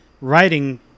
writing